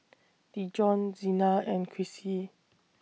Dijon Zina and Krissy